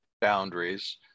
boundaries